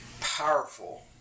powerful